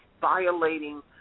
violating